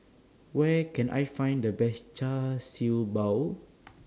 Where Can I Find The Best Char Siew Bao